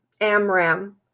Amram